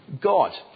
God